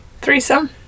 threesome